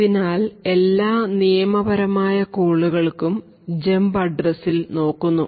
അതിനാൽ എല്ലാ നിയമപരമായ കോളുകൾക്കും ജമ്പ് അഡ്രസ്സിൽ നോക്കുന്നു